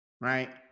right